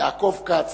יעקב כץ,